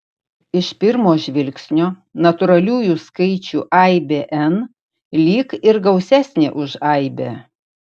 iš pirmo žvilgsnio natūraliųjų skaičių aibė n lyg ir gausesnė už aibę